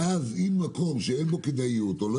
ואז אם יש מקום שאין בו כדאיות או לא